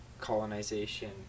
colonization